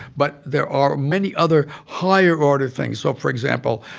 but there are many other higher-order things. so, for example,